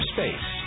Space